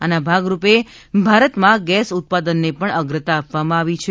આના ભાગરૂપે ભારતમાં ગેસ ઉત્પાદનને પણ અગ્રતા આપવામાં આવી છે